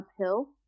uphill